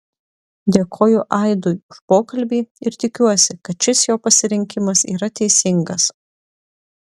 dėkoju aidui už pokalbį ir tikiuosi kad šis jo pasirinkimas yra teisingas